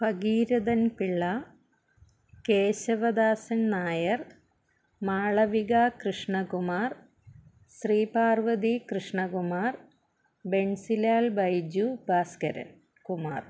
Bhagirathan Pillai Keshavadasan Nair Malavika Krishnakumar Sreeparvathy Krishnakumar Benzilal Baiju Bhaskaran Kumar